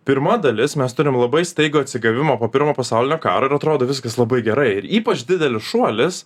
pirma dalis mes turim labai staigų atsigavimą po pirmo pasaulinio karo ir atrodo viskas labai gerai ir ypač didelis šuolis